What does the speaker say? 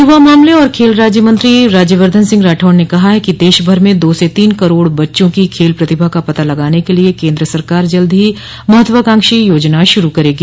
युवा मामले और खेल राज्य मंत्री राज्यवद्वन सिंह राठौड़ ने कहा है कि देश भर में दो से तीन करोड़ बच्चों की खेल प्रतिभा का पता लगाने के लिए केन्द्र सरकार जल्दी ही महत्वाकांक्षी योजना शुरू करेगी